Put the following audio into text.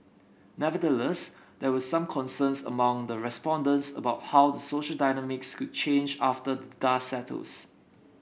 nevertheless there were some concerns among the respondents about how the social dynamics could change after dust settles